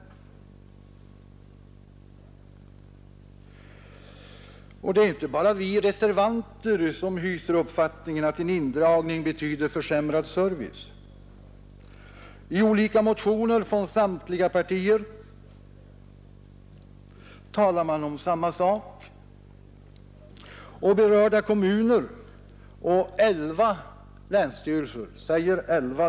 Det är för övrigt inte bara vi reservanter som hyser uppfattningen att en indragning betyder försämrad service. I motioner från samtliga partier talar man om samma sak, och berörda kommuner samt elva — säger elva!